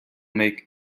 make